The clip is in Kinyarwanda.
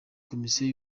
komisiyo